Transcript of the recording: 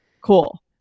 cool